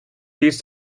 east